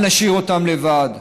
אל נשאיר אותם לבד.